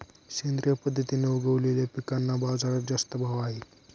सेंद्रिय पद्धतीने उगवलेल्या पिकांना बाजारात जास्त भाव आहे